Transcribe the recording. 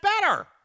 better